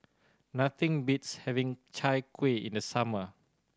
nothing beats having Chai Kuih in the summer